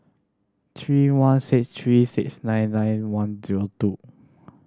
three one six three six nine nine one zero two